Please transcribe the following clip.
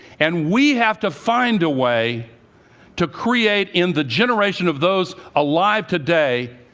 and we have to find a way to create, in the generation of those alive today,